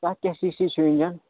تَتھ کیٛاہ C C چھُ اِنجن